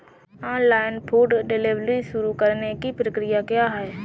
Online food delivery शुरू करने की प्रक्रिया क्या है?